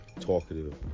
talkative